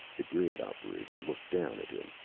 the grid's operator looked down at him,